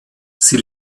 sie